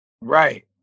Right